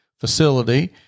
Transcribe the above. facility